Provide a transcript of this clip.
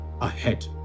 ahead